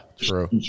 true